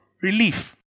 relief